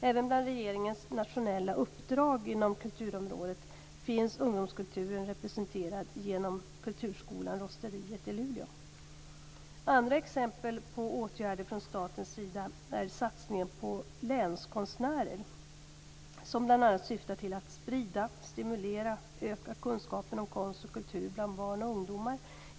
Även bland regeringens nationella uppdrag inom kulturområdet finns ungdomskulturen representerad genom kulturskolan Rosteriet i Luleå. Andra exempel på åtgärder från statens sida är satsningen på länskonstnärer som bl.a. syftar till att sprida, stimulera och öka kunskapen om konst och kultur bland barn och ungdomar.